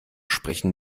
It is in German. sprechen